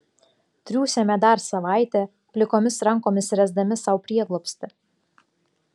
triūsėme dar savaitę plikomis rankomis ręsdami sau prieglobstį